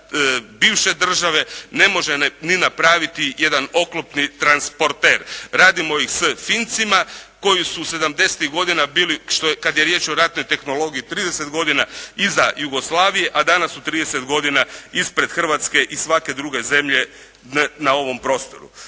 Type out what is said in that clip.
bivše države ne može ni napraviti jedan oklopni transporter. Radimo ih s Fincima koji su sedamdesetih godina bili, kad je riječ o ratnoj tehnologiji, 30 godina iza Jugoslavije, a danas su 30 godina ispred Hrvatske i svake druge zemlje na ovom prostoru.